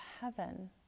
heaven